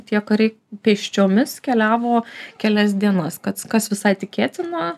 tie kariai pėsčiomis keliavo kelias dienas kad kas visai tikėtina